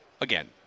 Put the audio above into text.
again